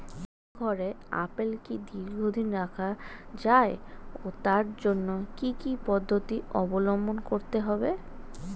হিমঘরে আপেল কি দীর্ঘদিন রাখা যায় ও তার জন্য কি কি পদ্ধতি অবলম্বন করতে হবে?